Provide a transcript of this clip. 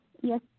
yes